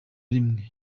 rimwe